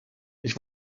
ich